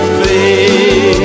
face